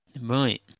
Right